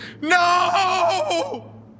No